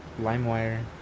Limewire